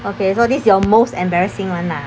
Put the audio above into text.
okay so this your most embarrassing one lah